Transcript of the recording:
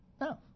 No